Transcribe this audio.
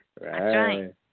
right